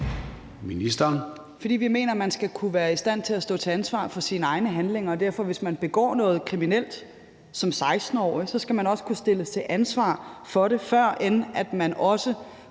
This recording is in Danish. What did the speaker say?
vi mener, man skal kunne være i stand til at stå til ansvar for sine egne handlinger, så hvis man begår noget kriminelt som 16-årig, skal man kunne stilles til ansvar for det, før man også